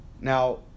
Now